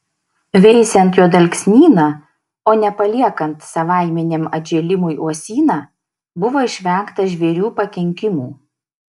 veisiant juodalksnyną o ne paliekant savaiminiam atžėlimui uosyną buvo išvengta žvėrių pakenkimų